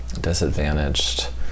disadvantaged